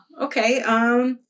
okay